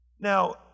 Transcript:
Now